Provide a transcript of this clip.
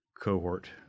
cohort